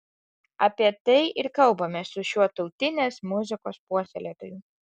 apie tai ir kalbamės su šiuo tautinės muzikos puoselėtoju